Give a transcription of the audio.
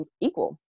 equal